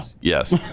Yes